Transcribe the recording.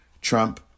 Trump